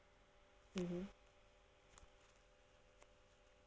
mmhmm